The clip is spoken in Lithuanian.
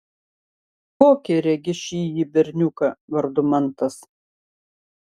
kokį regi šįjį berniuką vardu mantas